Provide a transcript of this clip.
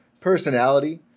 personality